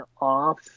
off